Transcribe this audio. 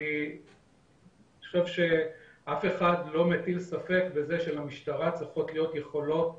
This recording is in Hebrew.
אני חושב שאף אחד לא מטיל ספק בזה שלמשטרה צריכות להיות יכולות